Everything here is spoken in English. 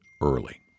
early